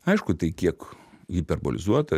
aišku tai kiek hiperbolizuota